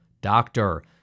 doctor